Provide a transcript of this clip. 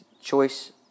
choice